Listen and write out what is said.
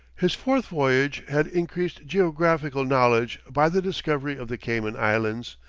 his fourth voyage had increased geographical knowledge by the discovery of the cayman islands,